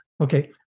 Okay